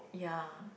ya